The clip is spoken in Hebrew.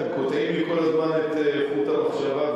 אתם קוטעים לי כל הזמן את חוט המחשבה,